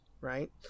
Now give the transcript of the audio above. Right